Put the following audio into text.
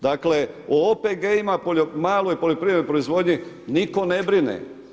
Dakle, o OPG-ima, maloj poljoprivrednoj proizvodnji nitko ne brine.